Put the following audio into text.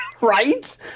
Right